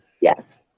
Yes